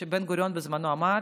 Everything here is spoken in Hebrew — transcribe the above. זה מה שבן-גוריון בזמנו אמר,